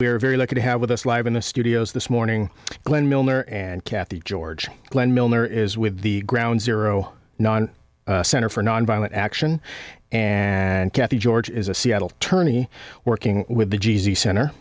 we're very lucky to have with us live in the studios this morning glen milner and kathy george glen milner is with the ground zero nine center for nonviolent action and kathy george is a seattle tourney working with the jeezy center